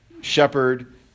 shepherd